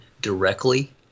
directly